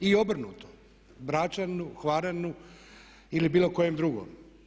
I obrnuto, Bračaninu, Hvaraninu ili bilo kojem drugom.